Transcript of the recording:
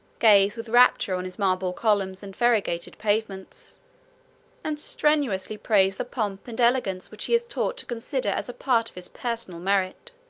gaze with rapture on his marble columns and variegated pavements and strenuously praise the pomp and elegance which he is taught to consider as a part of his personal merit.